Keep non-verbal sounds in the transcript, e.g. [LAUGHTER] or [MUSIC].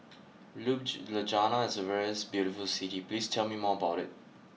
Ljubljana is a very [UNINTELLIGIBLE] beautiful city please tell me more about it